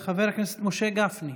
חבר הכנסת משה גפני,